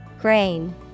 Grain